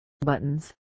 buttons